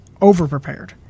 overprepared